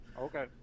Okay